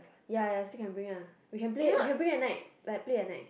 ya ya still can bring lah we can play we can play like play at night